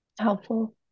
helpful